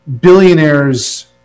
billionaires